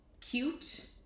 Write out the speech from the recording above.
cute